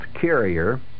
carrier